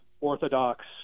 orthodox